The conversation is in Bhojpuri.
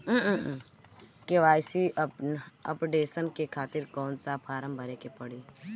के.वाइ.सी अपडेशन के खातिर कौन सा फारम भरे के पड़ी?